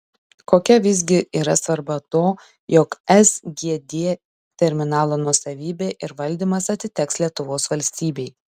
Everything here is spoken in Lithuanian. kokia visgi yra svarba to jog sgd terminalo nuosavybė ir valdymas atiteks lietuvos valstybei